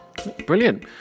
brilliant